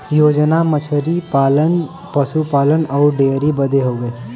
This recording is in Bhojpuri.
योजना मछली पालन, पसु पालन अउर डेयरीए बदे हउवे